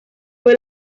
fue